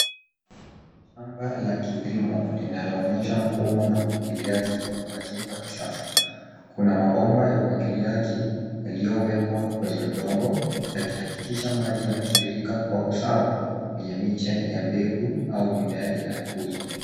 Shamba la kilimo linaloonyesha mfumo wa umwagikiaji wa kisasa. Kuna mabomba ya umwagiliji yaliyowekwa kwenye udongo yakihakikisha maji yanatiririka kwa usawa kwenye miche ya mbegu au mimea inayokuzwa.